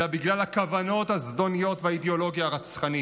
אלא בגלל הכוונות הזדוניות והאידיאולוגיה הרצחנית.